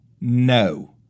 no